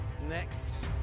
Next